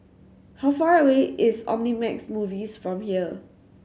how far away is Omnimax Movies from here